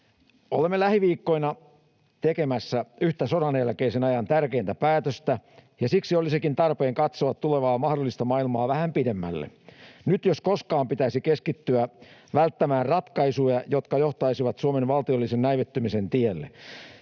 Olemme lähiviikkoina tekemässä yhtä sodan jälkeisen ajan tärkeintä päätöstä, ja siksi olisikin tarpeen katsoa tulevaa mahdollista maailmaa vähän pidemmälle. Nyt jos koskaan pitäisi keskittyä välttämään ratkaisuja, jotka johtaisivat Suomen valtiollisen näivettymisen tielle.